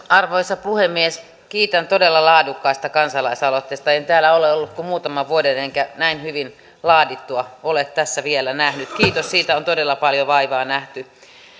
arvoisa puhemies kiitän todella laadukkaasta kansalaisaloitteesta en täällä ole ollut kuin muutaman vuoden enkä näin hyvin laadittua ole vielä nähnyt kiitos siitä on todella paljon vaivaa nähty